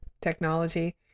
technology